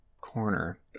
corner